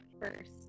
first